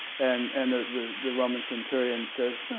and and ah the the roman centurion says,